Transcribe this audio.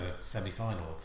semi-final